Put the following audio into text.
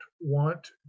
want